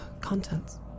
contents